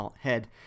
head